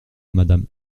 madame